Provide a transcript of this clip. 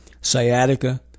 sciatica